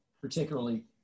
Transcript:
particularly